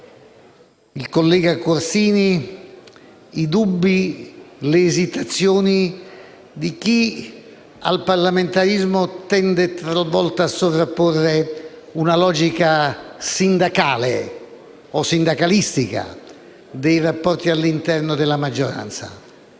del collega Corsini, i dubbi e le esitazioni di chi al parlamentarismo tende talvolta a sovrapporre una logica sindacale o sindacalistica dei rapporti all'interno della maggioranza.